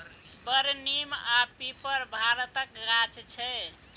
बर, नीम आ पीपर भारतक गाछ छै